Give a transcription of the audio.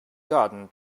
garden